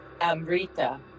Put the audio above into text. Amrita